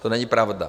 To není pravda!